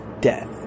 death